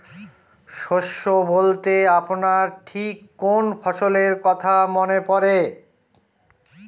শস্য বলতে আপনার ঠিক কোন কোন ফসলের কথা মনে পড়ে?